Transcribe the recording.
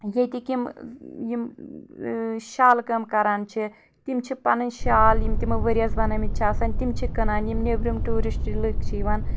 ییٚتِکۍ یِم یِم شالہٕ کٲم کران چھِ تم چھِ پنٕنۍ شال یم تِمو ؤرۍ یس بنٲمٕتۍ چھِ آسان تِم چھِ کٕنان یم نیٚبرم ٹیورسٹ لُکھ چھِ یِوان